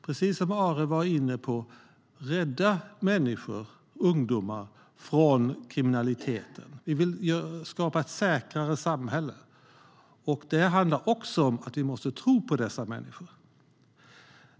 Precis som Ahre var inne på vill vi rädda ungdomar från kriminalitet. Vi vill skapa ett säkrare samhälle. Det handlar också om att man måste tro på dessa människor.